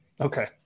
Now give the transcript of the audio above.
Okay